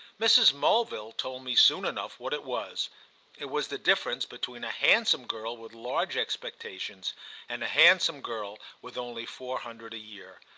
mrs. mulville told me soon enough what it was it was the difference between a handsome girl with large expectations and a handsome girl with only four hundred a year.